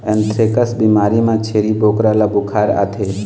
anthrax बिमारी म छेरी बोकरा ल बुखार आथे